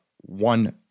one